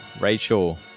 Rachel